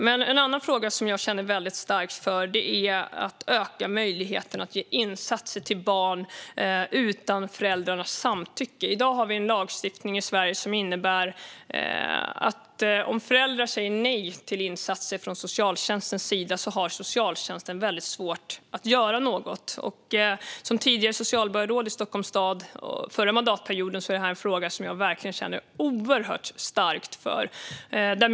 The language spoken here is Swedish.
Men också denna fråga känner jag starkt för, och den handlar om att öka möjligheten till att göra insatser för barn utan föräldrarnas samtycke. I dag har vi en lagstiftning i Sverige som innebär att om föräldrar säger nej till insatser från socialtjänstens sida har socialtjänsten väldigt svårt att göra något. Som tidigare socialborgarråd i Stockholms stad, under förra mandatperioden, känner jag verkligen oerhört starkt för denna fråga.